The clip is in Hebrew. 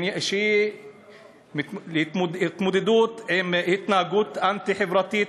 שהיא התמודדות עם התנהגות אנטי-חברתית,